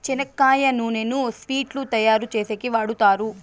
చెనక్కాయ నూనెను స్వీట్లు తయారు చేసేకి వాడుతారు